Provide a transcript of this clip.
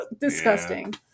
Disgusting